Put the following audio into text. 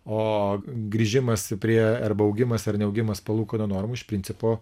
o grįžimas prie arba augimas ar neaugimas palūkanų normų iš principo